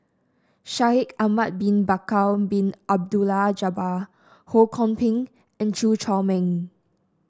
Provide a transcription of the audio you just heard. Shaikh Ahmad Bin Bakar Bin Abdullah Jabbar Ho Kwon Ping and Chew Chor Meng